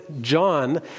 John